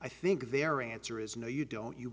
i think their answer is no you don't you